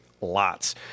lots